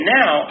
now